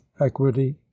equity